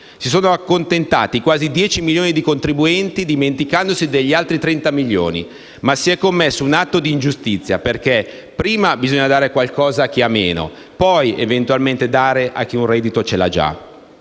Si sono accontentati quasi 10 milioni di contribuenti, dimenticandosi degli altri 30 milioni, ma si è commesso un atto di ingiustizia, perché, prima, bisogna dare qualcosa a chi ha meno, poi, eventualmente, dare a chi un reddito lo ha già.